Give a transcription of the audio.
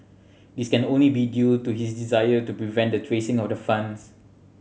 this can only be due to his desire to prevent the tracing of the funds